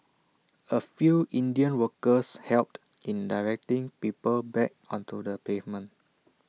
A few Indian workers helped in directing people back onto the pavement